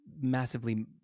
massively